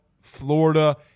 Florida